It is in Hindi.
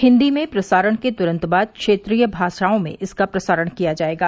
हिंदी में प्रसारण के तुरंत बाद क्षेत्रीय भाषाओं में इसका प्रसारण किया जाएगा